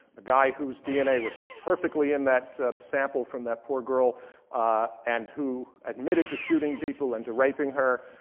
a guy whose dna was perfectly in that sample from that poor girl and who admitted to shooting people and to raping her,